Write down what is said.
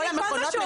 כל מה שאומרים פה,